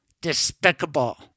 Despicable